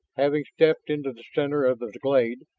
having stepped into the center of the glade,